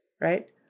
right